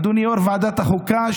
אדוני יו"ר ועדת החוקה,